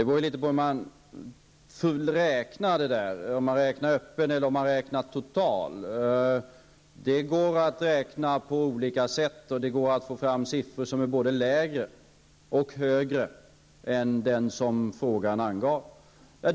Herr talman! Det beror litet på hur man räknar, om man räknar den öppna eller den totala arbetslösheten. Det går att räkna på olika sätt, och det går att få fram siffror som är både lägre och högre än dem som frågeställaren angav.